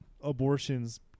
abortions